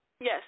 Yes